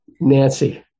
Nancy